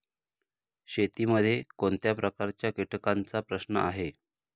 शेतीमध्ये कोणत्या प्रकारच्या कीटकांचा प्रश्न आहे?